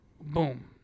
boom